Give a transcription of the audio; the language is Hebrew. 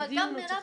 אבל גם מירב קיימה.